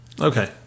Okay